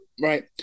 Right